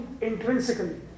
intrinsically